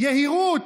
יהירות?